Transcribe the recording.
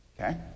okay